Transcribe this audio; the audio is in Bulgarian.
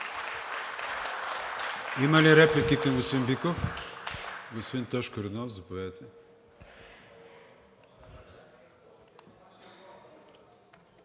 Има ли реплики към господин Биков?